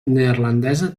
neerlandesa